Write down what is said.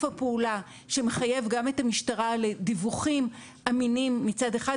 הפעולה שמחייב גם את המשטרה לדיווחים אמינים מצד אחד,